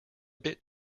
bit